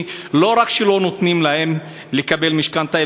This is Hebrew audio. היא לא רק שלא נותנים להם לקבל משכנתה,